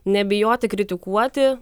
nebijoti kritikuoti